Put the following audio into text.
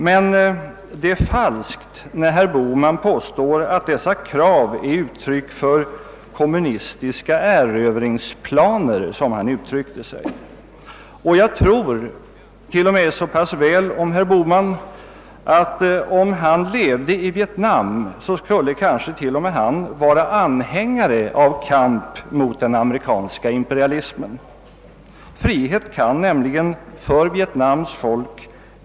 Men det är falskt när herr Bohman påstår att dessa krav är uttryck för »kommunistiska erövringsplaner», som han uttryckte sig. Jag tror så pass väl om herr Bohman att kanske t.o.m. han, om han levde i Vietnam, skulle vara anhängare av kamp mot den amerikanska imperialismen. Frihet för Viet nams folk kan. nämligen.